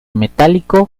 metálico